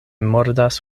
mordas